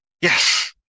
Yes